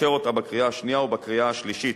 לאשר אותה בקריאה השנייה ובקריאה השלישית,